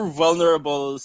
vulnerable